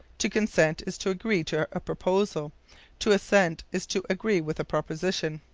to consent is to agree to a proposal to assent is to agree with a proposition.